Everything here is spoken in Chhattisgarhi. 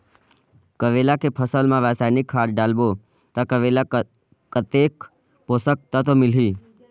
करेला के फसल मा रसायनिक खाद डालबो ता करेला कतेक पोषक तत्व मिलही?